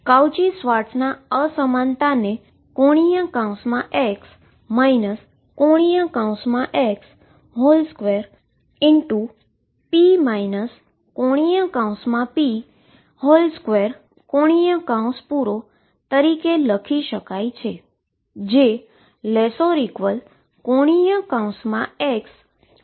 Cauchy Schwarz અનીક્વાલીટીને ⟨x ⟨x⟩2p ⟨p⟩2⟩ તરીકે લખી શકાય છે